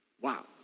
Wow